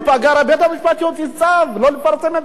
בית-המשפט יוציא צו שלא לפרסם את שמו.